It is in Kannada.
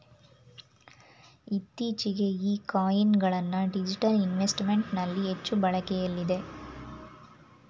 ಇತ್ತೀಚೆಗೆ ಈ ಕಾಯಿನ್ ಗಳನ್ನ ಡಿಜಿಟಲ್ ಇನ್ವೆಸ್ಟ್ಮೆಂಟ್ ನಲ್ಲಿ ಹೆಚ್ಚು ಬಳಕೆಯಲ್ಲಿದೆ